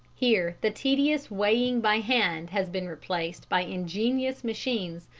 here the tedious weighing by hand has been replaced by ingenious machines,